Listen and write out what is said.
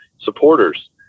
supporters